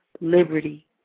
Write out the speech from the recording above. liberty